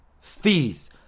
fees